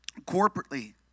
corporately